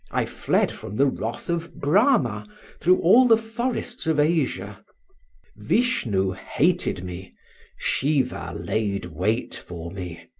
i fled from the wrath of brama through all the forests of asia vishnu hated me seeva laid wait for me.